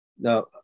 now